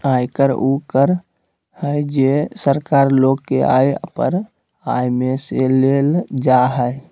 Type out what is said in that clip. आयकर उ कर हइ जे सरकार लोग के आय पर आय में से लेल जा हइ